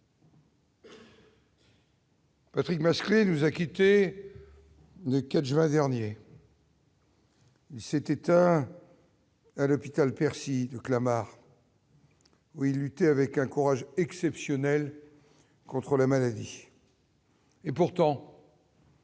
Patrick Masclet nous a quittés le 4 juin dernier. Il s'est éteint à l'hôpital Percy de Clamart. Oui, lutter avec un courage exceptionnel contre la maladie. Et pourtant.